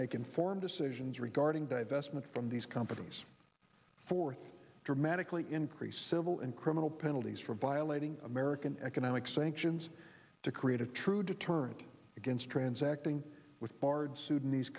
make informed decisions regarding divestment from these companies for dramatically increased civil and criminal penalties for violating american economic sanctions to create a true deterrent against transacting with barred su